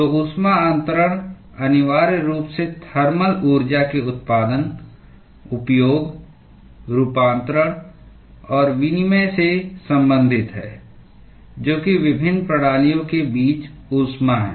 तो ऊष्मा अन्तरण अनिवार्य रूप से थर्मल ऊर्जा के उत्पादन उपयोग रूपांतरण और विनिमय से संबंधित है जो कि विभिन्न प्रणालियों के बीच ऊष्मा है